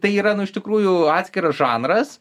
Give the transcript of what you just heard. tai yra nu iš tikrųjų atskiras žanras